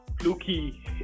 fluky